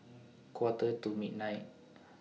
Quarter to midnight